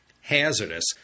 hazardous